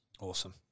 Awesome